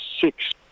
six